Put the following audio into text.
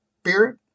spirit